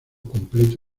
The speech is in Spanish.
completo